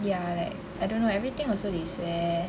ya like I don't know everything also they swear